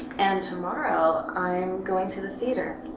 and tomorrow i'm going to the theater.